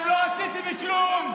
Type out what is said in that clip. אתם לא עשיתם כלום.